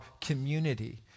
community